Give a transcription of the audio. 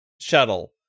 shuttle